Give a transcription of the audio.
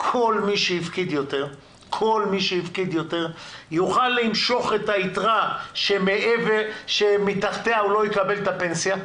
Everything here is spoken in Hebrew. כל מי שהפקיד יותר יוכל למשוך את היתרה שמתחתיה הוא לא יקבל את הפנסיה,